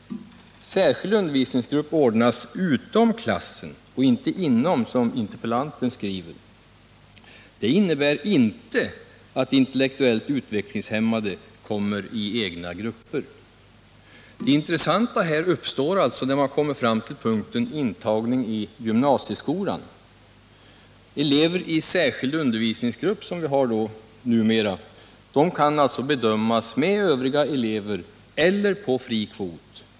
Särskild undervisningsgrupp ordnas utom klassen och inte inom, som interpellanten skriver. Det innebär inte att intellektuellt utvecklingshämmande kommer i egna grupper. Det intressanta uppstår när man kommer fram till intagning i gymnasieskola. Elever i särskild undervisningsgrupp, som vi har numer, kan bedömas tillsammans med övriga elever eller på fri kvot.